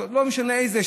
לא משנה איזו,